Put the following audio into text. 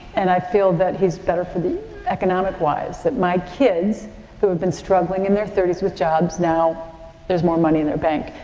and i feel that he's better for the economic-wise that my kids who have been struggling in their thirty s with jobs now there's more money in their bank.